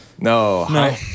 No